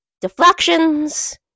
Deflections